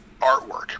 artwork